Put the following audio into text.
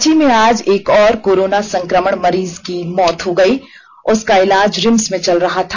रांची में आज एक और कोरोना संकमण मरीज की मौत हो गई उसका इलाज रिम्स में चल रहा था